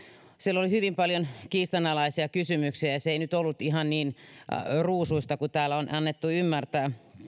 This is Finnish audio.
siellä oli hyvin paljon kiistanalaisia kysymyksiä ja se ei nyt ollut ihan niin ruusuista kuin täällä on annettu ymmärtää